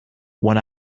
when